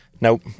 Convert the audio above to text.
nope